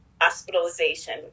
hospitalization